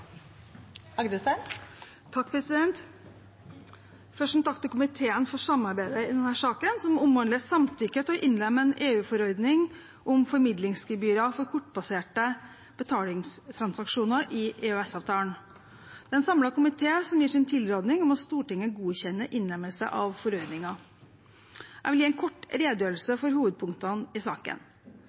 en takk til komiteen for samarbeidet i denne saken, som omhandler samtykke til å innlemme en EU-forordning om formidlingsgebyrer for kortbaserte betalingstransaksjoner i EØS-avtalen. Det er en samlet komité som gir sin tilrådning om at Stortinget godkjenner innlemmelse av forordningen. Jeg vil gi en kort redegjørelse for hovedpunktene i saken.